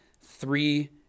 three